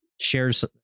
shares